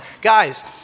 Guys